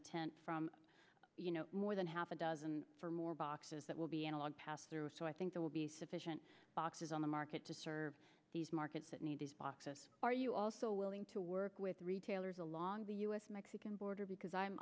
intent from more than half a dozen or more boxes that will be analog pass through so i think there will be sufficient boxes on the market to serve these markets that need these boxes are you also willing to work with retailers along the us mexican border because